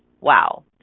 Wow